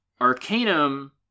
Arcanum